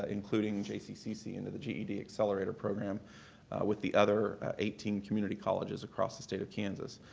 including jccc into the ged accelerator program with the other eighteen community colleges across the state of kansas.